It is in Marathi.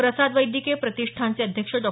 प्रसाद वैद्यकीय प्रतिष्ठानचे अध्यक्ष डॉ